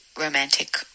romantic